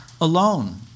alone